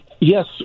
yes